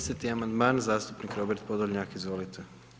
210. amandman, zastupnik Robert Podolnjak, izvolite.